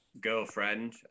Girlfriend